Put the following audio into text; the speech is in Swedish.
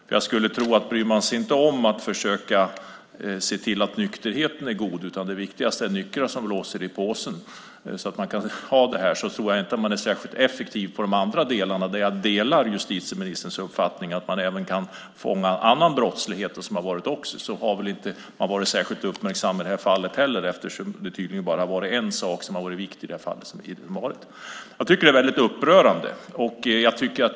Om man inte bryr sig om att se till att nykterheten är god utan anser att det viktigaste är antalet nyktra som blåser i påsen tror jag inte att man är särskilt effektiv på andra områden heller. Jag delar justitieministerns uppfattning att man även kan fånga annan brottslighet. Men man har väl inte varit särskilt uppmärksam på det i de här fallen eftersom det tydligen bara har varit en sak som har varit viktig här. Jag tycker att det är väldigt upprörande.